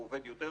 והוא עובד יותר,